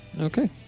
Okay